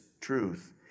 truth